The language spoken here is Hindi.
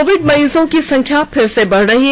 कोविड मरीजों की संख्या फिर से बढ़ रही है